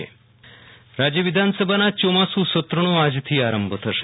વિરલ રાણા રાજય વિધાન સભા સત્ર રાજ્ય વિધાનસભાના ચોમાસુ સત્રનો આજથી આરંભ થશે